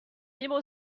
libre